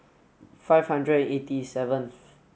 five hundred and eighty seventh